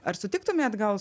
ar sutiktumėt gal